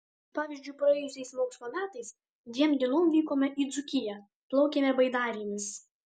pavyzdžiui praėjusiais mokslo metais dviem dienom vykome į dzūkiją plaukėme baidarėmis